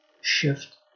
shift